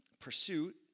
pursuit